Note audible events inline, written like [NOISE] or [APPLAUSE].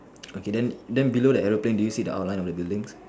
[NOISE] okay then then below the aeroplane do you see the outline of the buildings